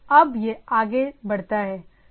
अब यह आगे बढ़ता है